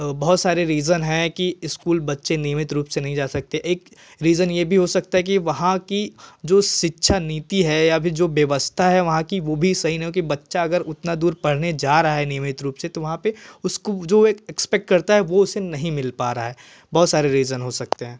बहुत सारे रीजन है की इस्कूल बच्चे नियमित रूप से नहीं जा सकते एक रीजन यह भी हो सकता है की वहाँ की जो शिक्षा नीति है या फ़िर जो व्यवस्था है वहाँ की वह भी सही न हो क्योंकि बच्चा अगर उतना दूर पढ़ने जा रहा है नयमित रूप से तो वहाँ पर जो वह एक्स्पेक्ट करता है वह नहीं मिल पा रहा है बहुत सारे रीजन हो सकते हैं